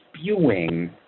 spewing